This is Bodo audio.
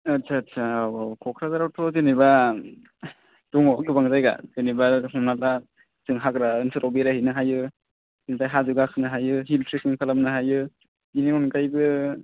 आत्सा आत्सा औ औ क'क्राझारावथ' जेनेबा दङ गोबां जायगा जेनेबा हमना ला जों हाग्रा ओनसोलाव बेरायहैनो हायो ओमफ्राय हाजो गाखोनो हायो हिल स्टेसन खालामनो हायो बिनि अनगायैबो